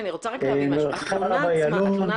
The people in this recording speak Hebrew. אני לא הולכת לנסות לערוך פה חקירה,